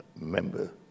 member